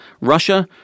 Russia